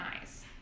eyes